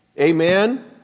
Amen